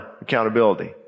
accountability